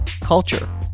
culture